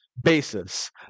basis